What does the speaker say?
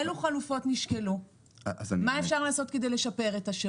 אני רוצה לדעת אילו חלופות נשקלו ומה אפשר לעשות כדי לשפר את השירות.